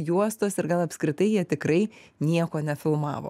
juostos ir gal apskritai jie tikrai nieko nefilmavo